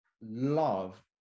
love